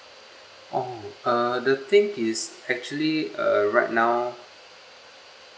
oh uh the thing is actually err right now